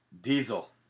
Diesel